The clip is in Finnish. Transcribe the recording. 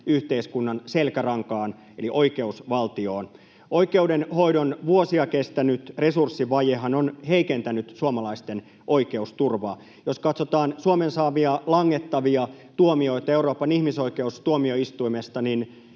yhteiskunnan selkärankaan eli oikeusvaltioon. Oikeudenhoidon vuosia kestänyt resurssivajehan on heikentänyt suomalaisten oikeusturvaa. Jos katsotaan Suomen saamia langettavia tuomioita Euroopan ihmisoikeustuomioistuimesta,